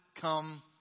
come